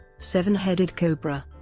seven headed cobra